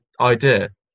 idea